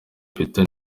peter